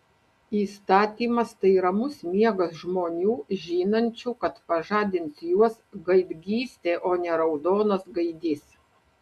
įstatymas tai ramus miegas žmonių žinančių kad pažadins juos gaidgystė o ne raudonas gaidys